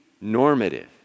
normative